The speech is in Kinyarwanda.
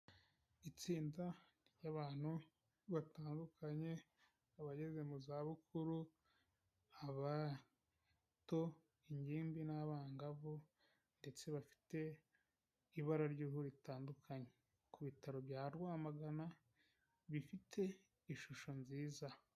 Itsinda ry'abantu batandukanye abageze mu zabukuru, abato, ingimbi, n'abangavu ndetse bafite ibara ry'uruhu ritandukanye, ku bitaro bya Rwamagana bifite ishusho nziza.